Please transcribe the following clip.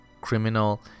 criminal